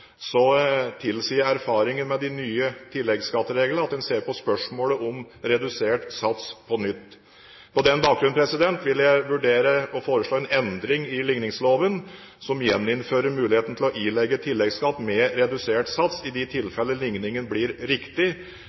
tilsier erfaringen med de nye tilleggsskattereglene at en ser på spørsmålet om redusert sats på nytt. På den bakgrunn vil jeg vurdere å foreslå en endring i ligningsloven som gjeninnfører muligheten til å ilegge tilleggsskatt med redusert sats i de tilfeller likningen blir riktig,